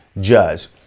judge